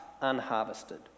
unharvested